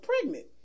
pregnant